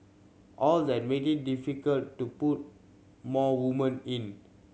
all that made it difficult to put more women in